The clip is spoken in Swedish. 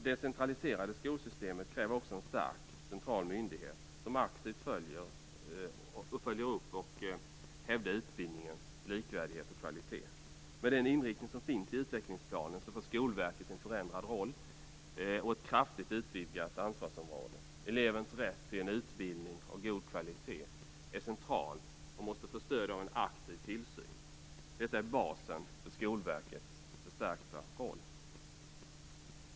Det decentraliserade skolsystemet kräver också en stark central myndighet som aktivt följer upp och hävdar utbildningens likvärdighet och kvalitet. Med den inriktning som finns i utvecklingsplanen får Skolverket en förändrad roll och ett kraftigt utvidgat ansvarsområde. Elevens rätt till en utbildning av god kvalitet är central och måste få stöd av en aktiv tillsyn. Detta är basen för Skolverkets förstärkta roll.